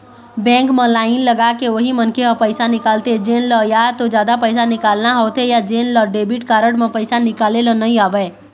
bank म line लगाके उही मनखे ह पइसा निकालथे जेन ल या तो जादा पइसा निकालना होथे या जेन ल डेबिट कारड म पइसा निकाले ल नइ आवय